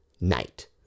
night